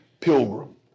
pilgrim